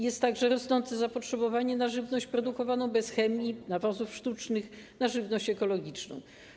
Jest także rosnące zapotrzebowanie na żywność produkowaną bez chemii, nawozów sztucznych, na żywność ekologiczną.